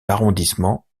l’arrondissement